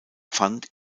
pfand